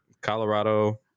Colorado